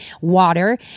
water